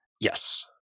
Yes